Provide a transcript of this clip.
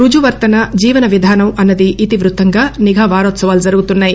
రుజువర్తన జీవన విధానం అన్నది ఇతి వృత్తంగా నిఘా వారోత్సవాలు జరుగుతున్నాయి